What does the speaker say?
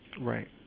Right